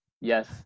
yes